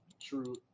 True